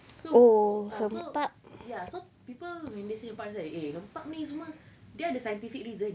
so ah so ya people when they say hempap eh hempap ni semua dia ada scientific reason